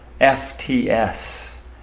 FTS